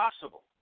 possible